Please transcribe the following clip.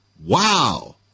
Wow